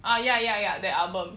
ah ya ya ya that album